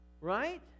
right